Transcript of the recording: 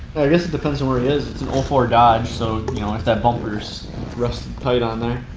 i guess it depends on where he is. it's an four dodge so you know if that bumper is rusted tight on there.